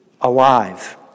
alive